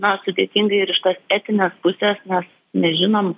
na sudėtinga ir iš tos etinės pusės mes nežinom